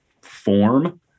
form